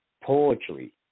poetry